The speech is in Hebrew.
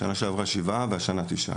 כן.